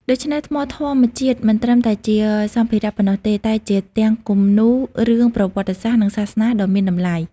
ដូច្នេះ ថ្មធម្មជាតិមិនត្រឹមតែជាសម្ភារៈប៉ុណ្ណោះទេ តែជា ផ្ទាំងគំនូររឿងប្រវត្តិសាស្ត្រ និងសាសនា ដ៏មានតម្លៃ។